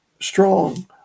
strong